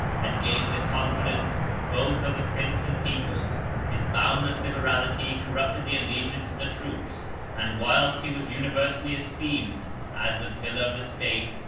had gained the confidence both of the prince and people his boundless liberality corrupted the allegiance of the troops and, whilst he was universally esteemed as the pillar of the state,